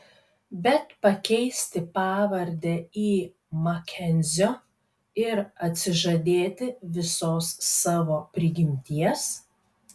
bet pakeisti pavardę į makenzio ir atsižadėti visos savo prigimties